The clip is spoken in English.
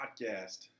Podcast